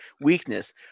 weakness